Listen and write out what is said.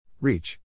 Reach